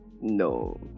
No